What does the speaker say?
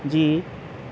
جی